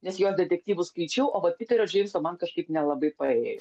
nes jo detektyvų skaičiau o vat piterio džeimso man kažkaip nelabai paėjo